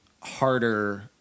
harder